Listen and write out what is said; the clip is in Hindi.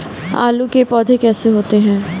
आलू के पौधे कैसे होते हैं?